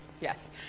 Yes